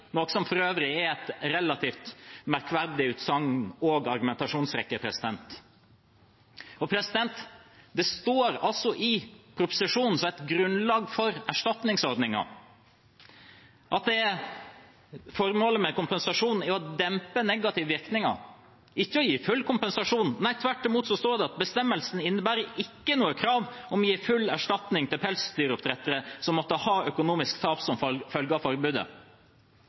noe som for øvrig er et relativt merkverdig utsagn og en merkverdig argumentasjonsrekke. Det står i proposisjonen, som er et grunnlag for erstatningsordningen, at formålet med kompensasjonen er å dempe negative virkninger – ikke å gi full kompensasjon. Nei, tvert imot står det at bestemmelsen ikke innebærer noe krav om å gi full erstatning til pelsdyroppdrettere som måtte ha økonomisk tap som følge av forbudet.